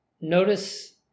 notice